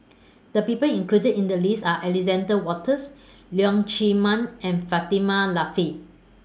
The People included in The list Are Alexander Wolters Leong Chee Mun and Fatimah Lateef